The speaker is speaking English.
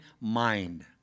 mind